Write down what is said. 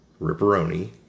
ripperoni